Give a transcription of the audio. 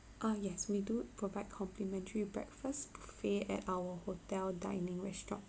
ah yes we do provide complementary breakfast buffet at our hotel dining restaurant